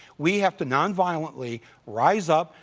we have to non-violently rise up,